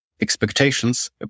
expectations